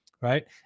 right